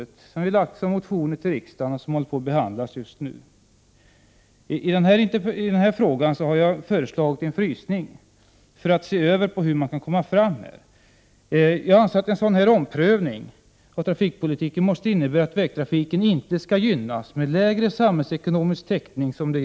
Dessa förslag har vi fört fram i motioner till riksdagen. Dessa motioner håller just på att behandlas. I denna fråga har jag föreslagit en frysning för att man skall ta reda på hur man skall gå vidare med detta. Jag anser att en sådan omprövning av trafikpolitiken måste innebära att vägtrafiken inte skall gynnas med lägre samhällsekonomisk täckning som i dag.